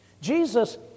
Jesus